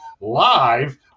live